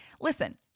listen